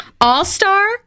All-star